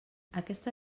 aquesta